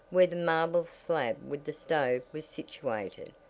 where the marble slab with the stove was situated,